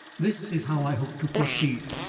this is how i hope to proceed.